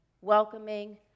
welcoming